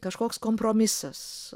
kažkoks kompromisas